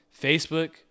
Facebook